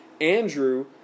Andrew